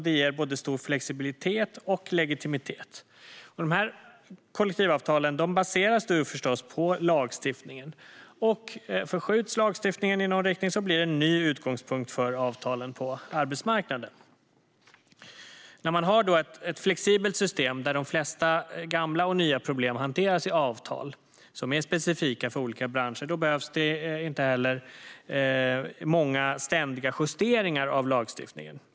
Det ger både stor flexibilitet och legitimitet. De här kollektivavtalen baseras förstås på lagstiftningen. Och om lagstiftningen förskjuts i någon riktning blir det en ny utgångspunkt för avtalen på arbetsmarknaden. När man har ett flexibelt system som innebär att de flesta gamla och nya problem hanteras i avtal som är specifika för olika branscher behövs det inte heller många och ständiga justeringar av lagstiftningen.